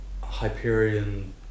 Hyperion